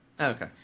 Okay